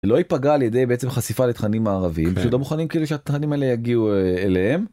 לא יפגע על ידי בחשיפה לתנאים מערבים מוכנים כאילו שהתנאים האלה יגיעו אליהם.